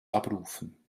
abrufen